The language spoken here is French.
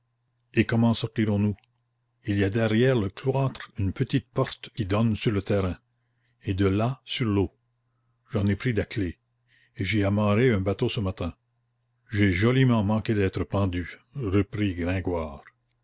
et comment en sortirons nous il y a derrière le cloître une petite porte qui donne sur le terrain et de là sur l'eau j'en ai pris la clef et j'y ai amarré un bateau ce matin j'ai joliment manqué d'être pendu reprit gringoire